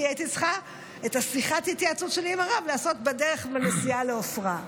כי הייתי צריכה את שיחת ההתייעצות שלי עם הרב לעשות בדרך בנסיעה לעפרה.